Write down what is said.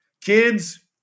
Kids